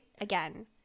again